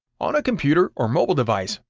on a computer or mobile device,